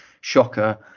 shocker